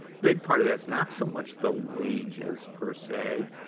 big part of that is not so much the wages, per se,